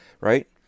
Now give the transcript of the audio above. right